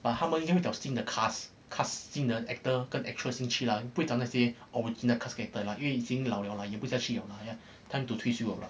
but 他们因为有新的 cast cast 新的 actor 跟 actress 进去啦不会找那些 original cast actor 因为已经老了啊演不下去了啊 time to 退休了啦